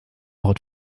ort